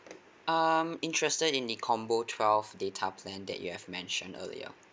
um interested in the combo twelve data plan that you have mentioned earlier